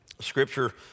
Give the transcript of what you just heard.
Scripture